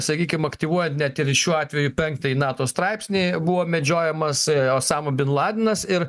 sakykim aktyvuojat net ir šiuo atveju penktąjį nato straipsnį buvo medžiojamas osama bin ladenas ir